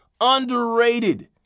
underrated